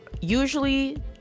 usually